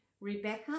Rebecca